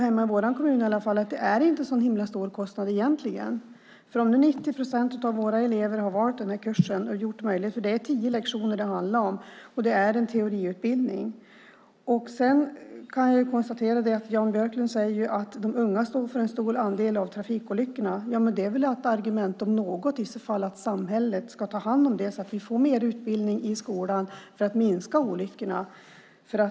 Hemma i vår kommun har vi sett att det egentligen inte är en så himla stor kostnad. 90 procent av våra elever har valt kursen och gjort den möjlig. Det är tio lektioner det handlar om, och det är en teoriutbildning. Jan Björklund säger att de unga står för en stor andel av trafikolyckorna. Det om något är väl ett argument för att samhället ska ta hand om detta så att vi får mer utbildning i skolan. På så sätt kan vi minska olyckorna.